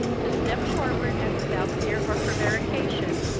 to step forwards, and without fear or prevarication,